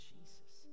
Jesus